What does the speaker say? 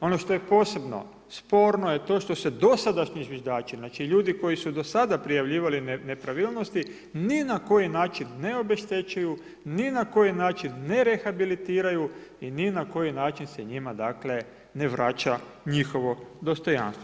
Ono što je posebno sporno je to što se dosadašnji zviždači, znači ljudi koji su do sada prijavljivali nepravilnosti ni na koji način ne obeštećuju, ni na koji način ne rehabilitiraju i ni na koji način se njima ne vraća njihovo dostojanstvo.